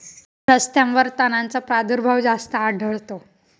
रस्त्यांवर तणांचा प्रादुर्भाव जास्त आढळतो